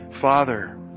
Father